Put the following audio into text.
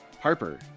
Harper